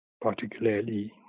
particularly